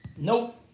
Nope